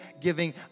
giving